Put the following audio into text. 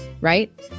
right